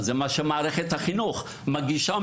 זה מה שמערכת החינוך מגישה.